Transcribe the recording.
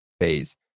phase